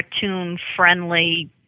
cartoon-friendly